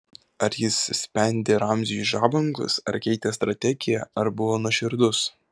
ar jis spendė ramziui žabangus ar keitė strategiją ar buvo nuoširdus